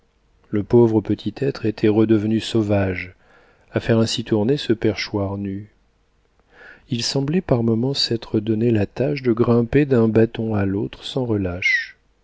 le pauvre petit être était redevenu sauvage à faire ainsi tourner ce perchoir nu il semblait par moments s'être donné la tâche de grimper d'un bâton à l'autre sans relâche